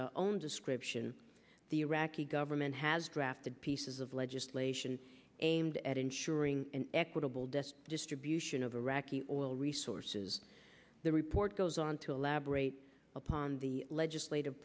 reports own description the iraqi government has drafted pieces of legislation aimed at ensuring an equitable dest distribution of iraqi oil resources the report goes on to elaborate upon the legislative